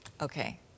okay